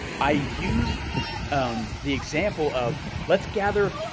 i used um the example of let's gather,